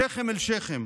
שכם אל שכם,